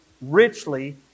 richly